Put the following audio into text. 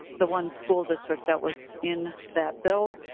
the one school district that was in that bill.